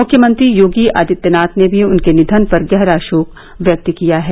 मुख्यमंत्री योगी आदित्यनाथ ने भी उनके निधन पर गहरा शोक व्यक्त किया है